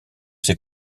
ses